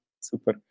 Super